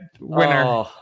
Winner